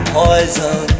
poison